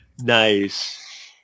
Nice